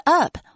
up